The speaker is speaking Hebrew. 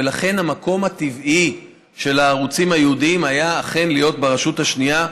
ולכן המקום הטבעי של הערוצים הייעודיים היה אכן ברשות השנייה,